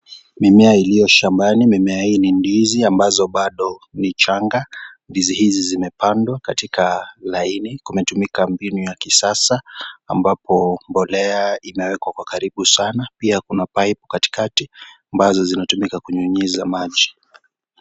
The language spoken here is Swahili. Mimea iliyo shambani mimea hii ni ndizi ambazo bado ni changa, ndizi hizi zimepandwa katika laini kumetumika mbinu ya kisasa, ambapo mbolea inawekwa kwa karibu sana pia kuna paipu kati kati amabazo zinatumika kunyunyiza maji.